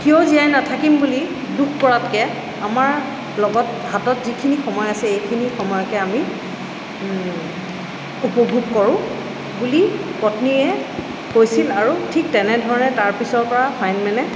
কিয় জীয়াই নাথাকিম বুলি দুখ কৰাতকৈ আমাৰ লগত হাতত যিখিনি সময় আছে এইখিনি সময়তে আমি উপভোগ কৰোঁ বুলি পত্নীয়ে কৈছিল আৰু ঠিক তেনেধৰণে তাৰপিছৰপৰা ফাইনমেনে